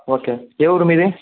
okay ఏ ఊరు మీది